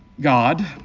God